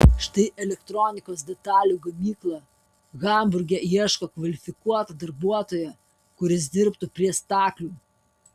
štai elektronikos detalių gamykla hamburge ieško kvalifikuoto darbuotojo kuris dirbtų prie staklių